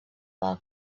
del